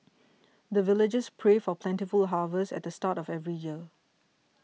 the villagers pray for plentiful harvest at the start of every year